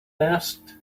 asked